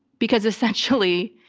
because essentially,